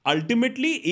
Ultimately